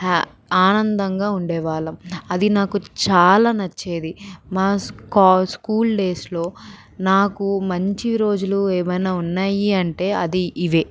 హ్యా ఆనందంగా ఉండేవాళ్ళం అది నాకు చాలా నచ్చేది మా కా స్కూల్ డేస్లో నాకు మంచి రోజులు ఏమైనా ఉన్నాయి అంటే అది ఇవే